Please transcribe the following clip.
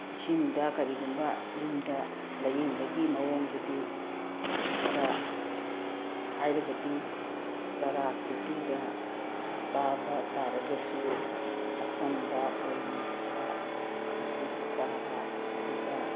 ꯏꯁꯤꯡꯗ ꯀꯔꯤꯒꯨꯝꯕ ꯌꯨꯝꯗ ꯂꯥꯏꯌꯦꯡꯕꯒꯤ ꯃꯑꯣꯡꯗꯨꯗꯤ ꯈꯔ ꯍꯥꯏꯔꯒꯗꯤ ꯆꯔꯥ ꯁꯤꯠꯄꯤꯕ ꯆꯥꯕ ꯇꯔꯒꯁꯨ ꯑꯆꯝꯕ ꯑꯣꯏꯅ ꯈꯔ ꯈꯖꯤꯛ ꯆꯥꯕ ꯑꯗꯨꯒ